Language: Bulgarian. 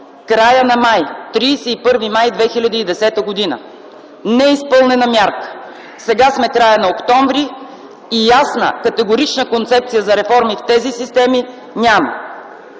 реформи – 31 май 2010 г. Неизпълнена мярка. Сега е краят на октомври. Ясна и категорична концепция за реформи в тези системи няма.